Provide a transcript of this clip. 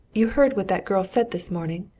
you heard what that girl said this morning?